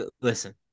Listen